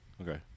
Okay